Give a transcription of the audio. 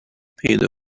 پیدا